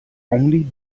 only